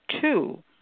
two